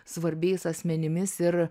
svarbiais asmenimis ir